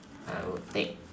I would take